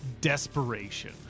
desperation